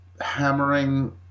hammering